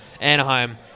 Anaheim